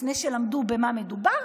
לפני שלמדו במה מדובר,